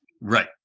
Right